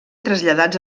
traslladats